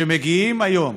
כשמגיעים היום,